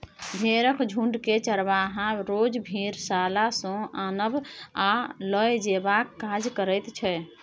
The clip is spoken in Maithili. भेंड़क झुण्डकेँ चरवाहा रोज भेड़शाला सँ आनब आ लए जेबाक काज करैत छै